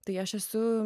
tai aš esu